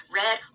red